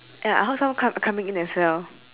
ya I heard someone come coming in as well